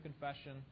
confession